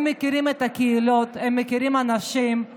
הם מכירים את הקהילות, הם מכירים אנשים,